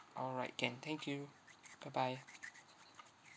all right can thank you bye bye